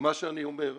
מה שאני אומר,